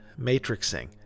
matrixing